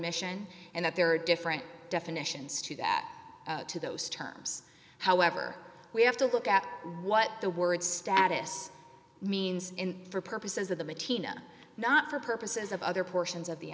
mission and that there are different definitions to that to those terms however we have to look at what the word status means in for purposes of them a teen or not for purposes of other portions of the